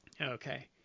Okay